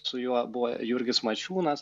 su juo buvo jurgis mačiūnas